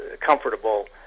comfortable